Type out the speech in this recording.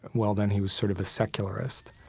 well then he was sort of a secularist.